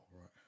right